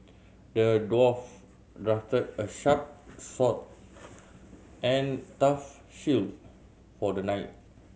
the dwarf crafted a sharp sword and tough shield for the knight